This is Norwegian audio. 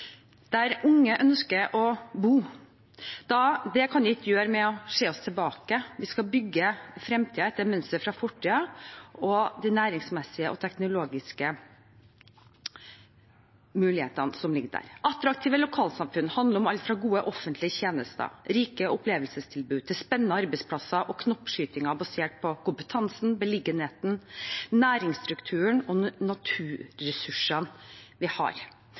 der unge ønsker å bo. Det kan vi ikke gjøre med å se oss tilbake og bygge fremtiden etter mønster fra fortiden og dens næringsmessige og teknologiske begrensninger. Attraktive lokalsamfunn handler om alt fra gode offentlige tjenester og rikt opplevelsestilbud til spennende arbeidsplasser og knoppskyting basert på kompetansen, beliggenheten, næringsstrukturen og naturressursene vi har.